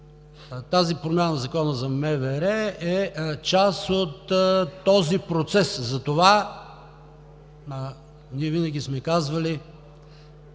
тази промяна в Закона за МВР е част от този процес. Затова ние винаги сме казвали: